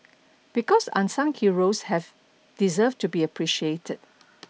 because unsung heroes have deserve to be appreciated